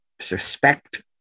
suspect